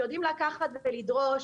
יודעים לקחת ולדרוש,